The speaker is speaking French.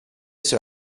sur